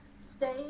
stay